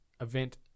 event